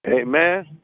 Amen